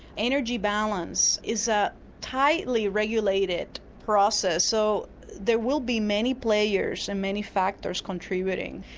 energy balance is a tightly regulated process so there will be many players and many factors contributing.